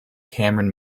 cameron